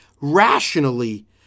rationally